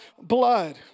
blood